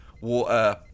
water